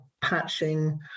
patching